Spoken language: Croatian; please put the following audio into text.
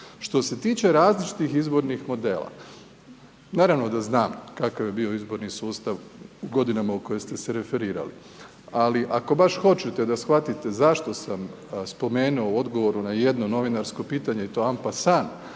Što se tiče različitih izbornih modela, naravno da znam kakav je bio izborni sustav u godinama u kojoj ste se referirali. Ali ako baš hoćete da shvatite zašto sam spomenuo u odgovoru na jedno novinarsko pitanje i to ampa san